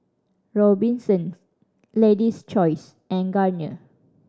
Robinsons Lady's Choice and Garnier